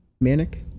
Manic